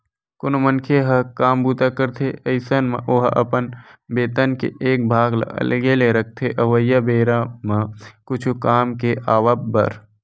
कोनो मनखे ह काम बूता करथे अइसन म ओहा अपन बेतन के एक भाग ल अलगे ले रखथे अवइया बेरा म कुछु काम के आवब बर